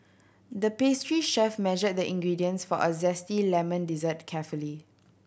the pastry chef measured the ingredients for a zesty lemon dessert carefully